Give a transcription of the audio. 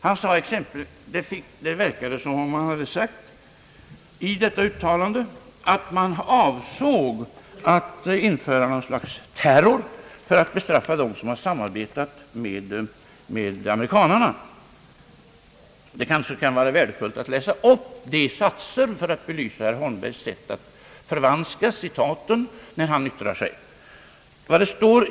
Det verkade som om herr Holmberg ville göra gällande att man i detta uttalande skulle ha sagt att man avsåg att införa något slags terror för att bestraffa dem som samarbetat med amerikanarna. Det kanske kan vara värdefullt att läsa upp de satserna för att belysa herr Holmbergs sätt att förvanska citaten när han yttrar sig.